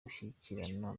gushyigikirana